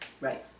right